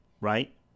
right